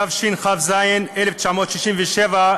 התשכ"ז 1967,